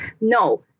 no